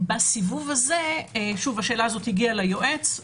בסיבוב הזה השאלה הזאת הגיעה ליועץ.